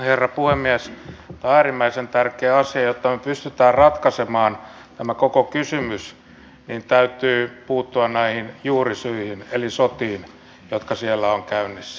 tämä on äärimmäisen tärkeä asia ja jotta me pystymme ratkaisemaan tämän koko kysymyksen niin täytyy puuttua näihin juurisyihin eli sotiin jotka siellä ovat käynnissä